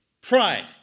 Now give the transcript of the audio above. pride